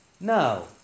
No